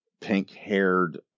pink-haired